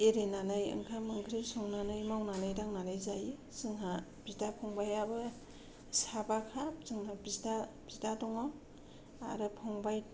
एरिनानै ओंखाम ओंख्रि संनानै मावनानै दांनानै जायो जोंहा बिदा फंबायाबो साबाखा जोंना बिदा बिदा दङ आरो फंबाय